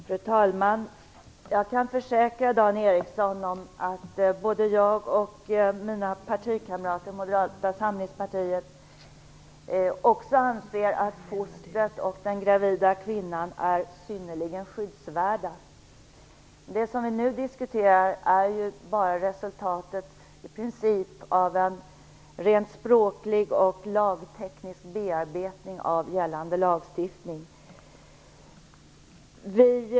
Fru talman! Jag kan försäkra Dan Ericsson om att både jag och mina partikamrater i Moderata samlingspartiet anser att fostret och den gravida kvinna är synnerligen skyddsvärda. Det som vi nu diskuterar är i princip en rent språklig och lagteknisk bearbetning av gällande lagstiftning.